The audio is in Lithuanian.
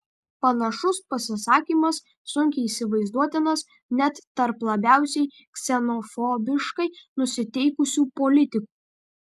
panašus pasisakymas sunkiai įsivaizduotinas net tarp labiausiai ksenofobiškai nusiteikusių politikų